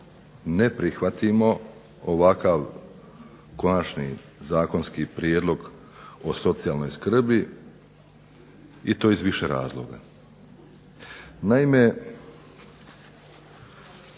ne prihvatimo ovakav Konačni zakonski prijedlog o socijalnoj skrbi i to iz više razloga.